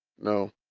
No